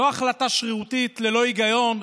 לא החלטה שרירותית ללא היגיון.